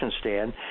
stand